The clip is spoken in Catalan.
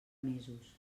mesos